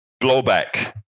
blowback